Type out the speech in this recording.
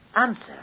Answer